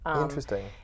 interesting